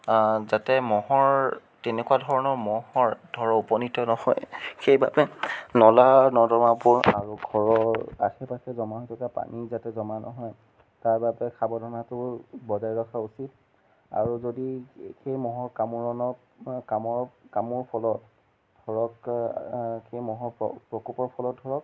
যাতে ম'হৰ তেনেকুৱা ধৰণৰ ম'হৰ ধৰ উপনীত নহয় সেই বাবে নলা নৰ্দমাবোৰ আৰু ঘৰৰ আশে পাশে জমা হৈ থকা পানী যাতে জমা নহয় তাৰ বাবে সাৱধানতো বজাই ৰখা উচিত আৰু যদি সেই ম'হৰ কামোৰণত কামোৰ কামোৰ ফলত ধৰক সেই মহৰ প্ৰকোপৰ ফলত ধৰক